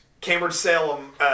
Cambridge-Salem